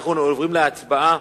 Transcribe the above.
אנו עוברים להצבעה.